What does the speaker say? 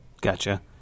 gotcha